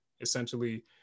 essentially